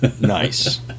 Nice